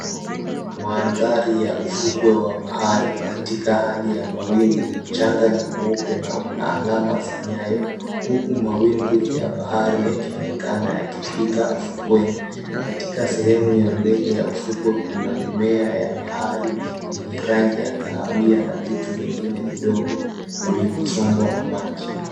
Maandhari ya ufukwe wa bahari katika hali ya mawingu, mchanga ni mweupe na una alama za nyayo, huku mawimbwi ya bahari yakionekana yakifika ufukweni. Katika sehemu ya mbele ya ufukwe, kuna mimea ya bahari yenye rangi ya kahawia na vitu vingine vidogo vilivyo sombwa na maji.